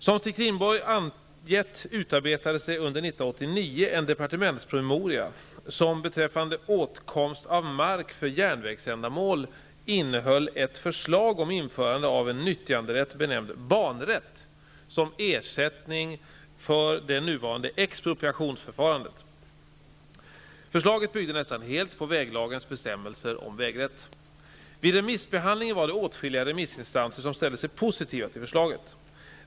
som, beträffande åtkomst av mark för järnvägsändamål, innehöll ett förslag om införande av en nyttjanderätt benämnd banrätt som ersättning för det nuvarande expropriationsförfarandet. Förslaget byggde nästan helt på väglagens bestämmelser om vägrätt. Vid remissbehandlingen var det åtskilliga remissinstanser som ställde sig positiva till förslaget.